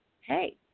hey